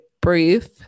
brief